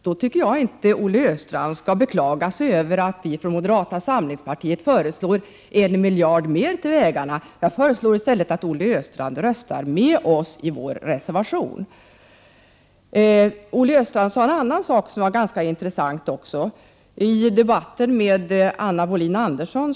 Då tycker jag att Olle Östrand inte skall beklaga sig över att vi från moderata samlingspartiet föreslår en miljard mer till vägarna. Jag föreslår att Olle Östrand i stället röstar på vår reservation. Olle Östrand sade i debatten med Anna Wohlin-Andersson också något som var intressant.